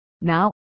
Now